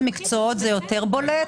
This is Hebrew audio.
באיזה מקצועות זה יותר בולט?